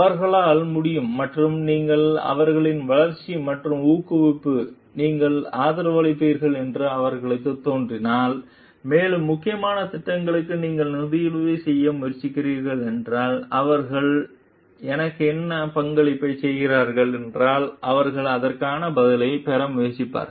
அவர்களால் முடியும் மற்றும் நீங்கள் அவர்களின் வளர்ச்சி மற்றும் ஊக்குவிப்புக்கு நீங்கள் ஆதரவளிக்கிறீர்கள் என்று அவர்களுக்குத் தோன்றினால் மேலும் முக்கியமான திட்டங்களுக்கு நீங்கள் நிதியுதவி செய்ய முயற்சிக்கிறீர்கள் என்றால் அவர்கள் எனக்கு என்ன பங்களிப்பைச் செய்கிறார்கள் என்றால் அவர்கள் அதற்கான பதிலைப் பெற முயற்சிப்பார்கள்